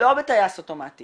לא בטייס אוטומטי